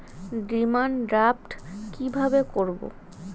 Demand draft কীভাবে করব?